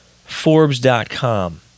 Forbes.com